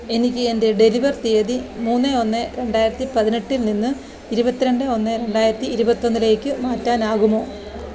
എനിക്ക് എന്റെ ഡെലിവർ തീയതി മൂന്ന് ഒന്ന് രണ്ടായിരത്തിപ്പതിനെട്ടിൽ നിന്ന് ഇരുപത്തിരണ്ട് ഒന്ന് രണ്ടായിരത്തി ഇരുപത്തൊന്നിലേക്ക് മാറ്റാനാകുമോ